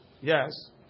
Yes